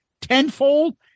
tenfold